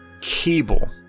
cable